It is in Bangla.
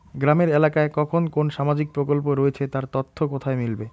গ্রামের এলাকায় কখন কোন সামাজিক প্রকল্প রয়েছে তার তথ্য কোথায় মিলবে?